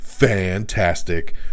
Fantastic